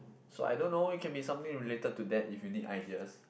so I don't know it can be something related to that if you need ideas